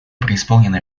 преисполнены